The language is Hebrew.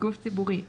"גוף ציבורי",